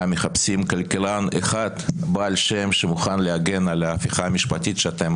מחפשים כלכלן אחד בעל שם שמוכן להגן על ההפיכה המשפטית שאתם